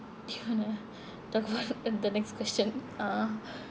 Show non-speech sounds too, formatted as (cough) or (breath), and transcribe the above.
do you want to like what the next question ah (breath)